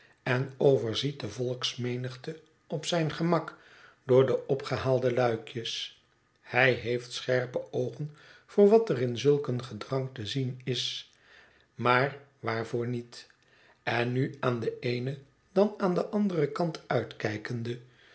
en overziet de volksménigte op zijn gemak door de opgehaalde luikjes hij heeft scherpe oogen voor wat er in zulk een gedrang te zien is maar waarvoor niet en nu aan den eenen dan aan den anderen kant uitkijkende